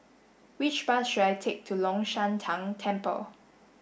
which bus should I take to Long Shan Tang Temple